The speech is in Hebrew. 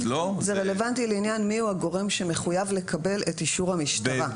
זה רלוונטי לעניין מי הוא הגורם שמחויב לקבל את אישור המשטרה.